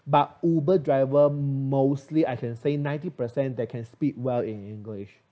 but uber driver mostly I can say ninety percent they can speak well in english